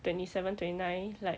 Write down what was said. twenty seven twenty nine like